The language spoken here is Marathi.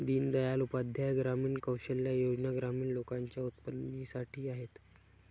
दीन दयाल उपाध्याय ग्रामीण कौशल्या योजना ग्रामीण लोकांच्या उन्नतीसाठी आहेत